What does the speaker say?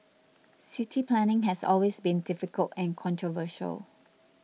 city planning has always been difficult and controversial